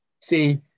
see